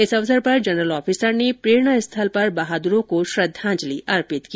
इस अवसर पर जनरल ऑफिसर ने प्रेरणा स्थल पर बहादुरों को श्रद्वांजलि अर्पित की